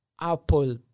Apple